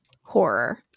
horror